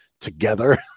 together